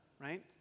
right